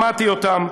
שמעתי אותם.